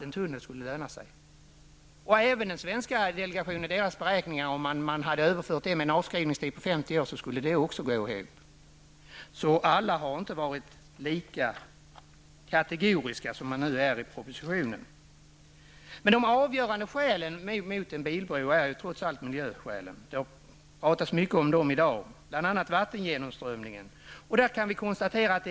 Om man hade överfört den svenska delegationens beräkningar till en avskrivningstid på 50 år skulle även det gå ihop. Alla har alltså inte varit lika kategoriska som man nu är i propositionen. Det avgörande skälet mot en bilbro är trots allt miljökonsekvenserna, bl.a. vattengenomströmningen. Det har i dag talats mycket om detta.